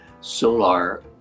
Solar